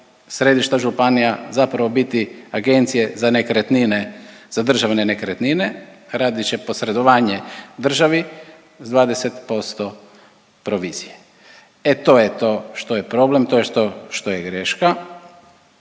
središta županija zapravo biti agencije za nekretnine, za državne nekretnine. Radit će posredovanje državi s 20% provizije. E to je to što je problem, to je što je greška.